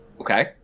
okay